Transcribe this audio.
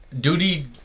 duty